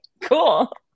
cool